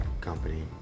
company